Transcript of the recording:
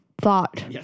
thought